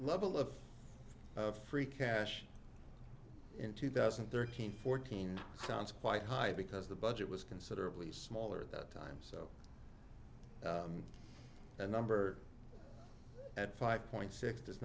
level of free cash in two thousand and thirteen fourteen sounds quite high because the budget was considerably smaller that time so a number at five point six does